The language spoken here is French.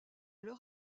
leur